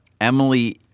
Emily